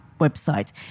website